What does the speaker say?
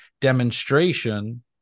demonstration